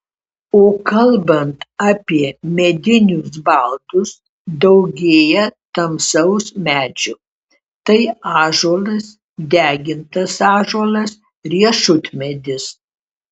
o kalbant apie medinius baldus daugėja tamsaus medžio tai ąžuolas degintas ąžuolas riešutmedis